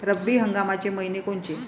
रब्बी हंगामाचे मइने कोनचे?